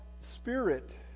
Spirit